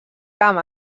camp